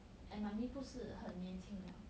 and mummy 不是很年轻 liao